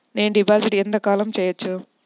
నేను డిపాజిట్ ఎంత కాలం చెయ్యవచ్చు?